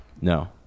No